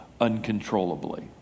uncontrollably